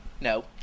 No